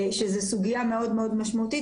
זו סוגיה מאוד מאוד משמעותית,